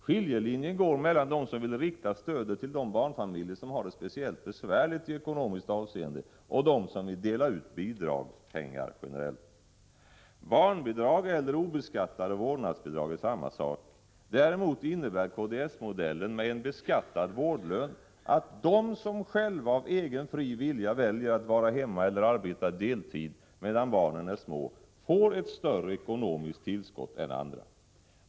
Skiljelinjen går mellan dem som vill rikta stödet till de barnfamiljer som i ekonomiskt avseende har det speciellt besvärligt och dem som vill dela ut bidragspengar generellt. Barnbidrag och obeskattade vårdnadsbidrag är samma sak. Däremot innebär kds-modellen med en beskattad vårdlön att de som själva av egen fri vilja väljer att vara hemma eller arbeta deltid medan barnen är små får ett större ekonomiskt tillskott än andra.